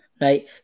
Right